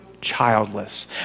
childless